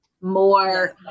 more